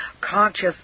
conscious